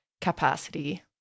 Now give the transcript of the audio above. capacity